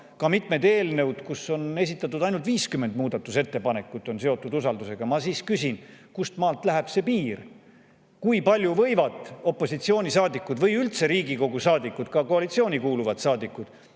Ka mitmed eelnõud, mille kohta on esitatud ainult 50 muudatusettepanekut, on seotud usaldusega. Ma siis küsin: kust maalt läheb piir? Kui palju võivad opositsioonisaadikud või üldse Riigikogu saadikud, ka koalitsiooni kuuluvad saadikud,